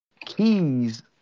keys